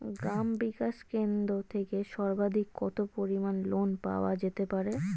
গ্রাম বিকাশ কেন্দ্র থেকে সর্বাধিক কত পরিমান লোন পাওয়া যেতে পারে?